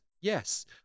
Yes